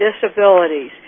disabilities